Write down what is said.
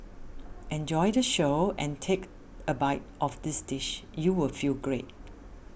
enjoy the show and take a bite of this dish you will feel great